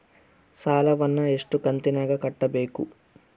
ಸಾಲವನ್ನ ಎಷ್ಟು ಕಂತಿನಾಗ ಕಟ್ಟಬೇಕು?